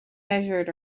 measured